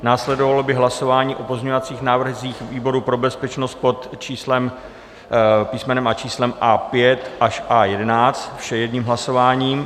Následovalo by hlasování o pozměňovacích návrzích výboru pro bezpečnost pod písmenem a číslem A5 až A11, vše jedním hlasováním.